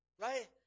Right